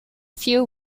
few